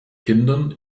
kindern